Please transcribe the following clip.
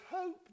hope